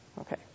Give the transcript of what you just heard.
Okay